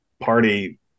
party